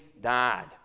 died